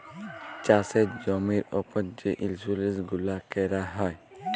চাষের জমির উপর যে ইলসুরেলস গুলা ক্যরা যায়